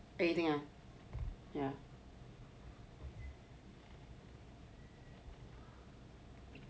不一定 ah